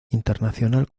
internacional